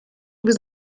was